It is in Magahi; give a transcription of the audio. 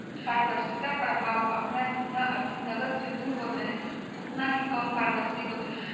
पारदर्शिता प्रभाव अपन जितना अधिक नकद से दूर होतय उतना ही कम पारदर्शी होतय